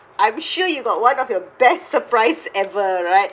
I'm sure you got one of your best surprise ever right